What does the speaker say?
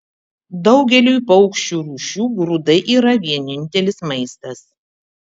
daugeliui paukščių rūšių grūdai yra vienintelis maistas